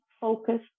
focus